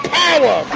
power